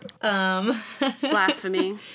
blasphemy